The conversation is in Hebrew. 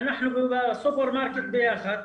אנחנו בסופרמרקט ביחד,